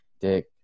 Dick